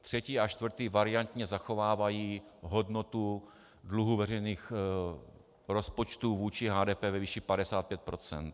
Třetí a čtvrtý variantně zachovávají hodnotu dluhu veřejných rozpočtů vůči HDP ve výši 55 %.